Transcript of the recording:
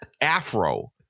afro